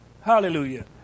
Hallelujah